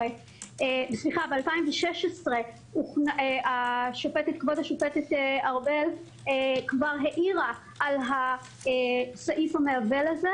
ב-2016 כבוד השופטת ארבל כבר העירה על סעיף המעוול הזה,